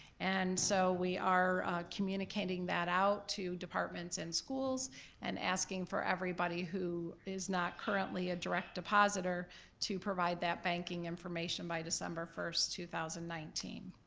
and so we are communicating that out to departments and schools and asking for everybody who is not currently a direct depositor to provide that banking information by december first, two thousand and nineteen.